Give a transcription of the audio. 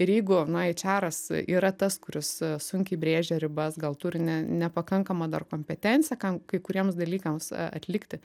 ir jeigu na eičeras yra tas kuris sunkiai brėžia ribas gal turi ne nepakankamą dar kompetenciją kam kai kuriems dalykams atlikti